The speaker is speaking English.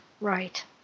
right